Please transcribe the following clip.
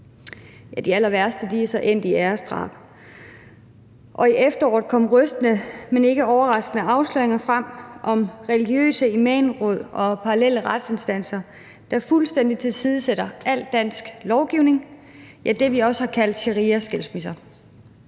De allerværste er så endt i æresdrab, og i efteråret kom rystende, men ikke overraskende afsløringer frem om religiøse imamråd og parallelle retsinstanser, der fuldstændig tilsidesætter al dansk lovgivning, det, vi også har kaldt shariaskilsmisser: